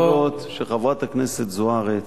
אני רוצה להודות שחברת הכנסת זוארץ,